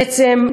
בעצם,